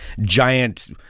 giant